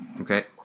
okay